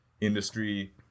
industry